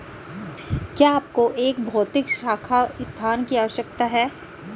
क्या आपको एक भौतिक शाखा स्थान की आवश्यकता है?